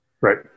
right